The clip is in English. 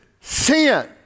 sin